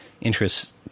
interests